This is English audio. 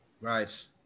Right